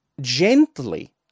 gently